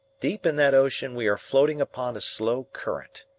deep in that ocean we are floating upon a slow current.